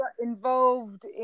involved